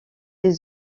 les